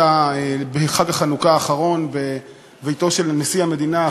שהתחיל בחג החנוכה האחרון בביתו של נשיא המדינה,